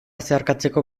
zeharkatzeko